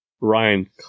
Ryan